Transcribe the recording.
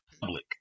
public